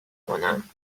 کنم